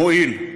מועיל,